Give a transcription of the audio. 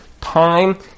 Time